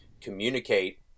communicate